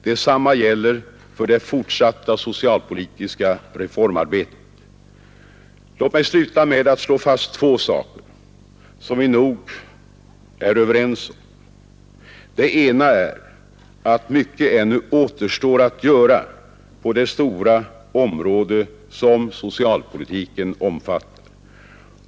Detsamma gäller för det fortsatta socialpolitiska reformarbetet. Låt mig sluta med att slå fast två saker, som vi nog är överens om. Det ena är att mycket ännu återstår att göra på det stora område som socialpolitiken omfattar.